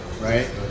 Right